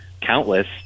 countless